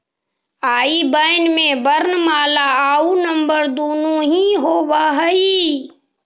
आई बैन में वर्णमाला आउ नंबर दुनो ही होवऽ हइ